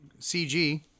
CG